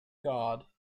god